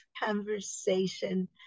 conversation